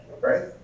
Right